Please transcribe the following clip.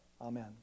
Amen